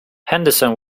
henderson